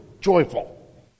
joyful